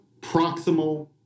proximal